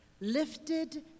lifted